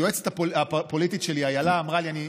היועצת הפוליטית שלי איילה אמרה לי,